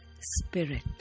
spirit